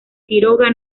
quiroga